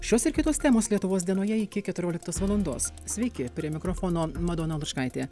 šios ir kitos temos lietuvos dienoje iki keturioliktos valandos sveiki prie mikrofono madona lučkaitė